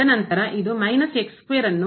ತದನಂತರ ಇದು ಅನ್ನು